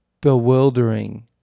bewildering